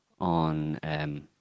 on